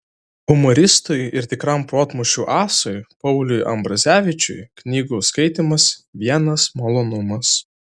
humoristui ir tikram protmūšių asui pauliui ambrazevičiui knygų skaitymas vienas malonumas